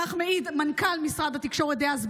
כך מעיד מנכ"ל משרד התקשורת דאז,